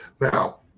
Now